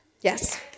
Yes